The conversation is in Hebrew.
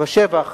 ושבח